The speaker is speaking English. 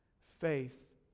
Faith